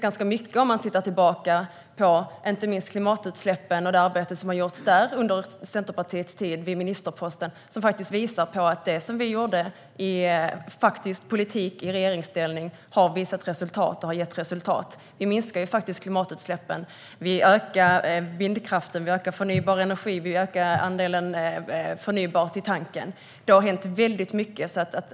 Om man tittar tillbaka på inte minst det arbete som gjordes med klimatutsläppen under Centerpartiets tid på ministerposten ser man ganska mycket som visar att vår faktiska politik i regeringsställning har gett resultat. Vi minskade klimatutsläppen, och vi ökade vindkraften, den förnybara energin och andelen förnybart i tanken. Det har hänt väldigt mycket.